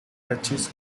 duchess